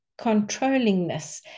controllingness